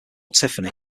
tiffany